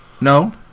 No